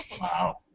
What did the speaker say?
Wow